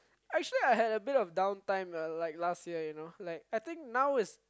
actually I had a bit of down time lah like last year you know like I think now is